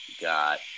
got